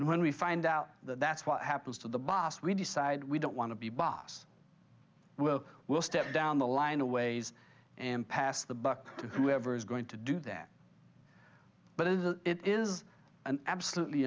and when we find out that that's what happens to the boss we decide we don't want to be boss will we'll step down the line a ways and pass the buck to whoever is going to do that but it is an absolutely